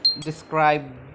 describe